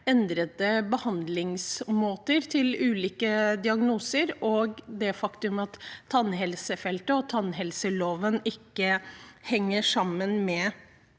endrede behandlingsmåter til ulike diagnoser og det faktum at tannhelsefeltet og tannhelseloven ikke henger sammen med